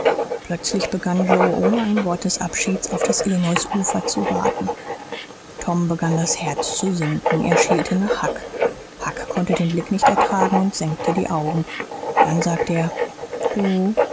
plötzlich begann joe ohne ein wort des abschieds auf das illinoisufer zu waten tom begann das herz zu sinken er schielte nach huck huck konnte den blick nicht ertragen und senkte die augen dann sagte er du